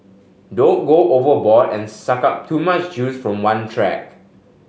don't go overboard and suck up too much juice from one track